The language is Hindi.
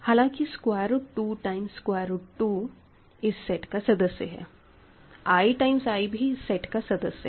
हालाँकि square root 2 times square root 2 इस सेट का सदस्य है i टाइम्स i भी इस सेट का सदस्य है